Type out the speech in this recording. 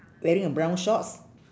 wearing a brown shorts